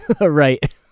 Right